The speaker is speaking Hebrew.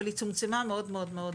אבל היא צומצמה מאוד מאוד מאוד.